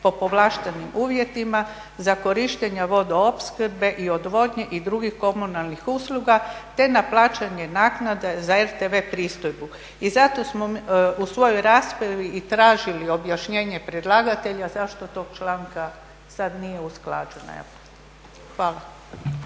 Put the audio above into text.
po povlaštenim uvjetima za korištenje vodoopskrbe i odvodnje i drugih komunalnih usluga te na plaćanje naknade za RTV pristojbu. I zato smo u svojoj raspravi i tražili objašnjenje predlagatelja zašto tog članka, sada nije usklađena. Evo,